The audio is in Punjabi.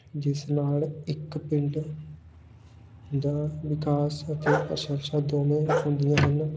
ਜਿਸ ਨਾਲ ਇੱਕ ਪਿੰਡ ਦਾ ਵਿਕਾਸ ਅਤੇ ਪ੍ਰਸ਼ੰਸ਼ਾ ਦੋਵੇਂ ਹੁੰਦੀਆਂ ਹਨ